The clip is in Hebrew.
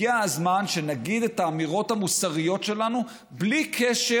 הגיע הזמן שנגיד את האמירות המוסריות שלנו בלי קשר,